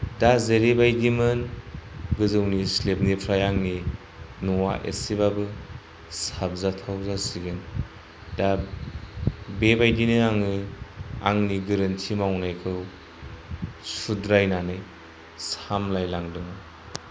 दा जेरैबायदिमोन गोजौनि स्लेबनिफ्राय आंनि न'आ इसेबाबो साबजाथाव जासिगोन दा बेबायदिनो आङो आंनि गोरोन्थि मावनायखौ सुद्रायनानै सामलायलांदोंमोन